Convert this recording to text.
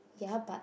ya but